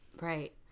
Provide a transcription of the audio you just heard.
Right